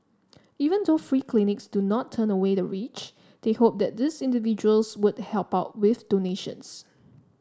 even though free clinics do not turn away the rich they hope that these individuals would help out with donations